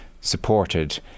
supported